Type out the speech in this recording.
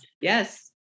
Yes